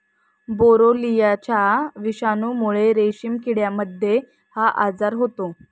बोरोलिनाच्या विषाणूमुळे रेशीम किड्यांमध्ये हा आजार होतो